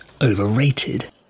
overrated